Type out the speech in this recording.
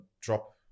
drop